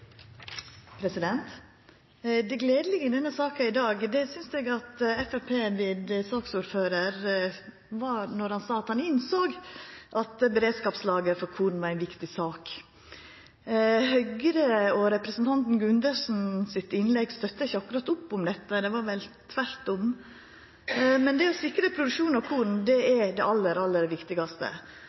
Det gledelege i denne saka i dag synest eg var at Framstegspartiet, ved saksordføraren, sa at han innsåg at beredskapslager for korn var ei viktig sak. Høgre og representanten Gundersen sitt innlegg støttar ikkje akkurat opp om dette – det var vel tvert om. Det å sikra produksjon av korn er det aller viktigaste,